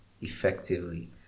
effectively